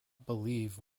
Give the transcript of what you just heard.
believe